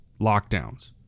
lockdowns